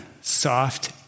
soft